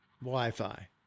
Wi-Fi